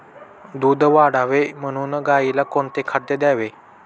दूध वाढावे म्हणून गाईला कोणते खाद्य द्यावे?